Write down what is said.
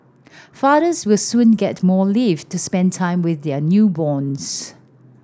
fathers will soon get more leave to spend time with their newborns